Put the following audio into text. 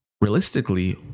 realistically